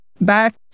back